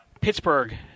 Pittsburgh